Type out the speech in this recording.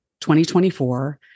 2024